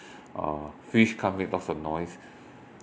uh fish can't make lots of noise